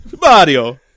Mario